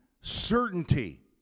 certainty